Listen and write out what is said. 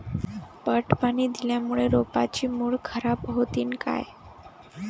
पट पाणी दिल्यामूळे रोपाची मुळ खराब होतीन काय?